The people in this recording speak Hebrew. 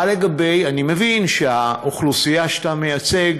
מה לגבי, אני מבין שבאוכלוסייה שאתה מייצג,